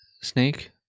snake